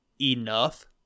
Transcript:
enough